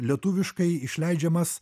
lietuviškai išleidžiamas